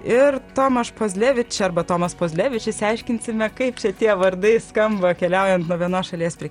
ir tomaš pozlevič arba tomas pozlevič išsiaiškinsime kaip čia tie vardai skamba keliaujant nuo vienos šalies prie